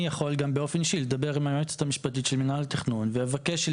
אני יכול גם באופן אישי לדבר עם היועצת המשפטית של מינהל התכנון ולבקש,